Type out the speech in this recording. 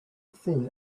thin